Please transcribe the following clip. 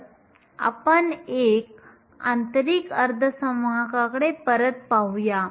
तर आपण एका आंतरिक अर्धसंवाहकाकडे परत पाहूया